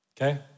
Okay